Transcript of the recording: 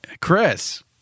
Chris